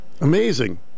amazing